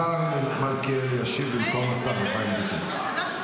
השר מלכיאלי ישיב במקום השר חיים ביטון.